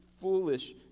foolish